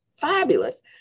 fabulous